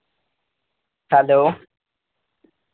hello